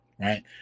right